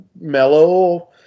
mellow